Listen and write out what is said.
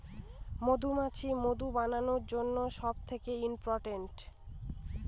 মধুমাছি মধু বানানোর জন্য সব থেকে ইম্পোরট্যান্ট